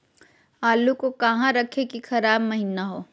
आलू को कहां रखे की खराब महिना हो?